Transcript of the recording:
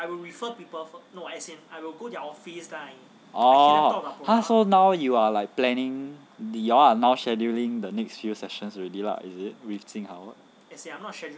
oh !huh! now you are like planning you all are now scheduling the next few sessions already lah is it with jing hao